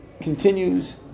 continues